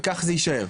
וכך זה יישאר.